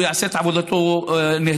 הוא יעשה את עבודתו נהדר,